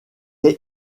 est